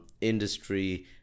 industry